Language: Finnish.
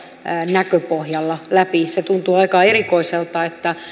näköpohjalla läpi se tuntuu aika erikoiselta että